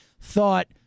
thought